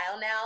now